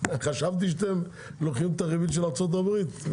חשבתי שאתם לוקחים את הריבית של ארצות הברית.